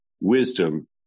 wisdom